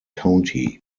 county